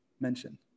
mention